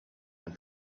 and